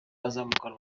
azamukana